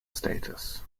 status